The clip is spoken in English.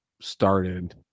started